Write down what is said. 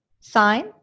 sign